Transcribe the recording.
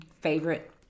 favorite